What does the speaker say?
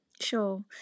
Sure